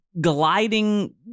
gliding